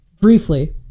Briefly